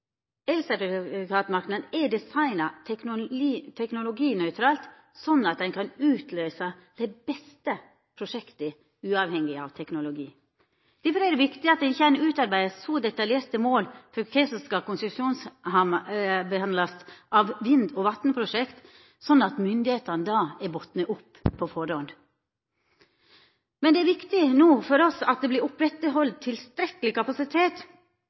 er designa teknologinøytralt sånn at ein kan utløysa dei beste prosjekta, uavhengig av teknologi. Difor er det viktig at ein ikkje utarbeider så detaljerte mål for kva som skal konsesjonsbehandlast av vind- og vassprosjekt, at myndigheitene da er bundne opp på førehand. No er det viktig for oss at det vert oppretthalde tilstrekkeleg kapasitet